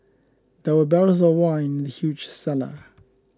there were barrels of wine in the huge cellar